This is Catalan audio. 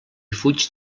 fuig